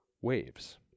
waves